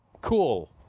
Cool